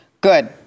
good